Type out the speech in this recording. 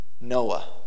Noah